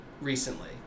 recently